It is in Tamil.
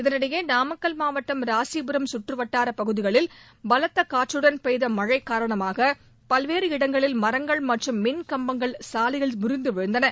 இதனிடையே நாமக்கல் மாவட்டம் ராசிபுரம் சுற்றுவட்டாரப் பகுதிகளில் பலத்த காற்றுடன் பெய்த மழை காரணமாக பல்வேறு இடங்களில் மரங்கள் மற்றும் மின்கம்பங்கள் சாலையில் முறிந்து விழுந்தன